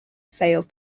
sales